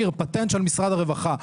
פטנט של משרד הרווחה,